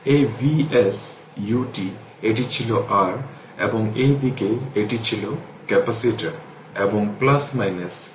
এই Vs ut এটি ছিল R এবং এই দিকে এটি ছিল ক্যাপাসিটর এবং এই ভোল্টেজটি ছিল v